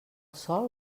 sol